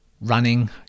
running